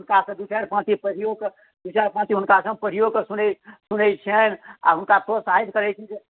हुनकासँ दू चारि पाँती पढ़िओ कऽ दू चारि पाँती हुनकासँ हम पढ़िओ कऽ सुनैत सुनैत छियनि आ हुनका प्रोत्साहित करैत छी जे